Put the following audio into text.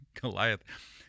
Goliath